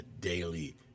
daily